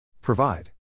Provide